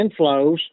inflows